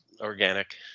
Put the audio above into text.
organic